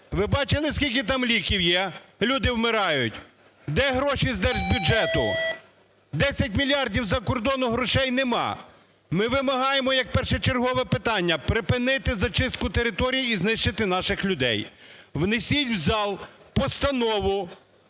Ви бачили, скільки там ліків є? Люди вмирають. Де гроші з держбюджету? 10 мільярдів з-за кордону грошей нема. Ми вимагаємо як першочергове питання припинити зачистку територій і знищити наших людей. Внесіть в зал постанову